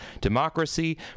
democracy